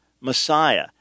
Messiah